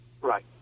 Right